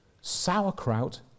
sauerkraut